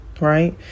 Right